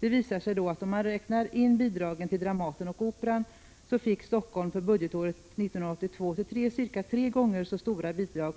Det visade sig då att om man räknar in bidragen till Dramaten och Operan kommer man fram till att Helsingfors för budgetåret 1982/83 fick cirka tre gånger så stora bidrag